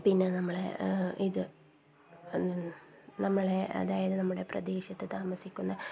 പിന്നെ നമ്മളുടെ ഇത് നമ്മളുടെ അതായത് നമ്മുടെ പ്രദേശത്ത് താമസിക്കുന്ന